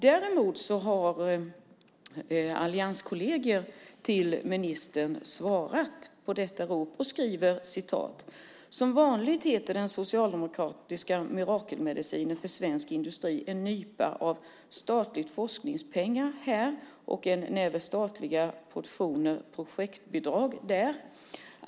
Däremot har allianskolleger till ministern svarat på detta rop och skriver: Som vanligt heter den socialdemokratiska mirakelmedicinen för svensk industri en nypa av statliga forskningspengar här och en näve statliga portioner projektbidrag där.